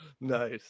nice